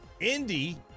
Indy